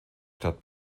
stadt